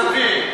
כספים.